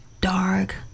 dark